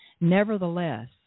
nevertheless